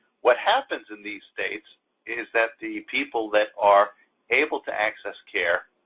what happens in these states is that the people that are able to access care,